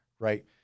right